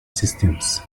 systems